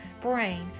brain